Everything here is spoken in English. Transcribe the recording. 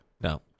No